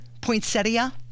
poinsettia